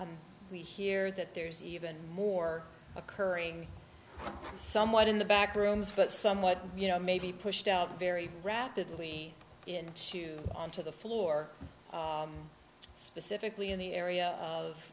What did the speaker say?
we hear that there's even more occurring somewhat in the back rooms but somewhat you know maybe pushed out very rapidly into onto the floor specifically in the area